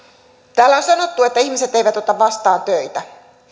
täällä on sanottu että ihmiset eivät ota vastaan töitä